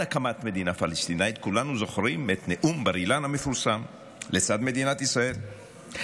הקמת מדינה פלסטינית לצד מדינת ישראל,